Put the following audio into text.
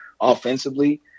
offensively